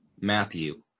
Matthew